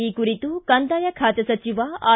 ಈ ಕುರಿತು ಕಂದಾಯ ಖಾತೆ ಸಚಿವ ಆರ್